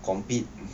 compete